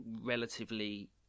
relatively